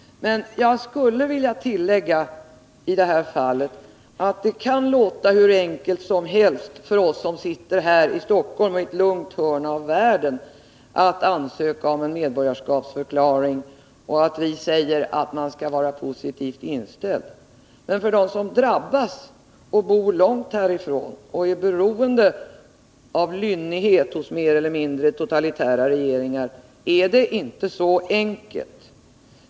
Men jag skulle vilja tillägga att det kan låta hur enkelt som helst för oss som sitter här i Stockholm i ett lugnt hörn av världen att ansöka om en medborgarskapsförklaring och att det kan låta så enkelt när vi säger att man skall vara positivt inställd. Men för dem som drabbas och bor långt härifrån och är beroende av lynnighet hos mer eller mindre totalitära regeringar är det inte så enkelt.